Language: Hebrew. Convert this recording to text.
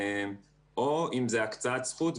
או אם זו הקצאת זכות,